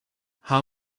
how